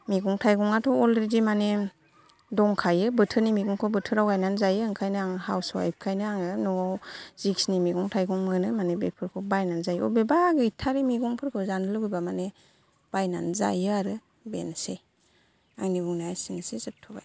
मैगं थाइगंआथ' अलरेडि माने दंखायो बोथोरनि मैगंखौ बोथोराव गायनानै जायो ओंखायनो आं हाउसवाइफ खायनोआङो न'आव जेखिनि मैगं थाइगं मोनो माने बेफोरखौ बायनानै जायो बबेबा गैथारै मैगंफोरखौ जानो लुगैबा माने बायनानै जायो आरो बेनोसै आंनि बुंनाया एसेनोसै जोबथ'बाय